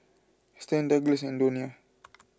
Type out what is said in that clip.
Stan Douglass and Donia